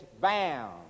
bound